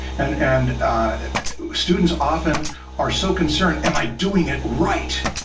and and students often are so concerned am i doing it right